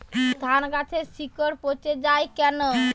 ধানগাছের শিকড় পচে য়ায় কেন?